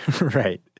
Right